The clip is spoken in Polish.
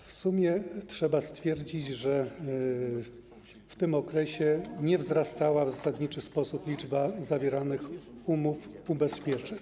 W sumie trzeba stwierdzić, że w tym okresie nie wzrastała w zasadniczy sposób liczba zawieranych umów ubezpieczeń.